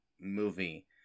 movie